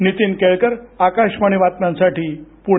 नीतीन केळकर आकाशवाणी बातम्यांसाठी पुणे